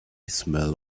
smell